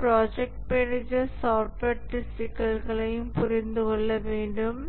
project manager software test சிக்கல்களையும் புரிந்து கொள்ள வேண்டும்